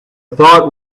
thought